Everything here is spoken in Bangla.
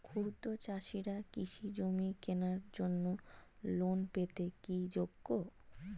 ক্ষুদ্র চাষিরা কৃষিজমি কেনার জন্য লোন পেতে কি যোগ্য?